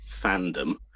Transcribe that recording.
fandom